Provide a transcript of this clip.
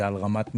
זה על רמת מחירים.